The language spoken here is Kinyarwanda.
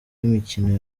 imikino